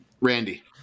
Randy